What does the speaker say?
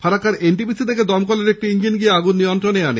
Farakka NTPC থেকে দমকলের একটি ইঞ্জিন গিয়ে আগুন নিয়ন্ত্রণে আনে